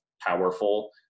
powerful